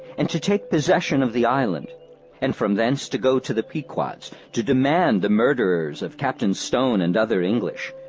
and to take possession of the island and from thence to go to the pequot's to demand the murderers of captain stone and other english,